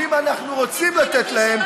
ואם אנחנו רוצים לתת להם,